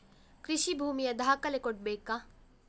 ಕೃಷಿ ಭೂಮಿಯ ದಾಖಲೆ ಕೊಡ್ಬೇಕಾ?